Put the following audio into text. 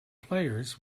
players